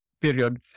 period